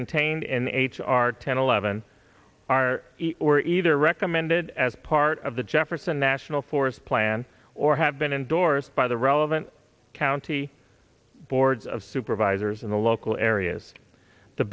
contained in h r ten eleven are either recommended as part of the jefferson national forest plan or have been endorsed by the relevant county boards of supervisors in the local areas t